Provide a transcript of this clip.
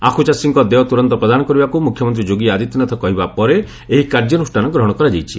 ଆଖୁଚାଷୀଙ୍କ ଦେୟ ତୁରନ୍ତ ପ୍ରଦାନ କରିବାକୁ ମୁଖ୍ୟମନ୍ତ୍ରୀ ଯୋଗୀ ଆଦିତ୍ୟନାଥ କହିବା ପରେ ଏହି କାର୍ଯ୍ୟାନୁଷ୍ଠାନ ଗ୍ରହଣ କରାଯାଇଛି